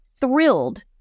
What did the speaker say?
thrilled